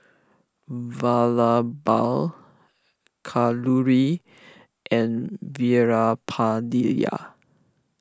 Vallabhbhai Kalluri and Veerapandiya